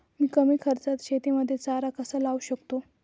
मी कमी खर्चात शेतीमध्ये चारा कसा लावू शकतो?